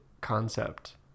concept